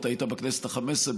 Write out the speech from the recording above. אתה היית בכנסת החמש עשרה,